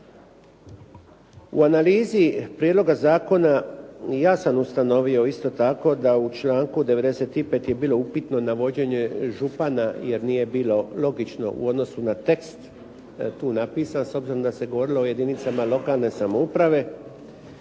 U analizi prijedloga zakona ja sam ustanovio isto tako da u članku 95. je bilo upitno navođenje župana jer nije bilo logično u odnosu na tekst tu napisan s obzirom da se govorilo o jedinicama lokalne samouprave,